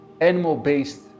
animal-based